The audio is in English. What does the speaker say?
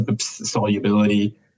solubility